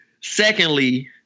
secondly